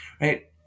Right